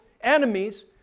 enemies